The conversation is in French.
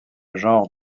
genre